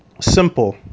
Simple